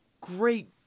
great